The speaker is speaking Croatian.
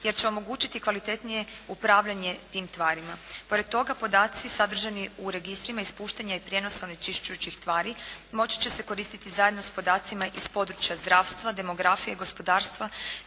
jer će omogućiti kvalitetnije upravljanje tim tvarima. Pored toga podaci sadržani u registrima ispuštanja i prijenosa onečišćujućih tvari moći će se koristiti zajedno s podacima iz područja zdravstva, demografije, gospodarstva